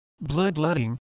bloodletting